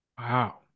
wow